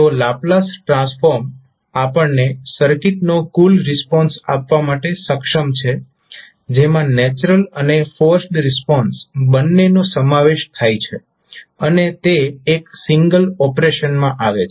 તો Laplace transform આપણને સર્કિટનો કુલ રિસ્પોન્સ આપવા માટે સક્ષમ છે જેમાં નેચરલ અને ફોર્સ્ડ રિસ્પોન્સ બંનેનો સમાવેશ થાય છે અને તે એક સિંગલ ઓપરેશન માં આવે છે